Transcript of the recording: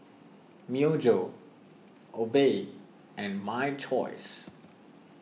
Myojo Obey and My Choice